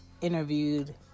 interviewed